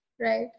Right